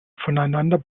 voneinander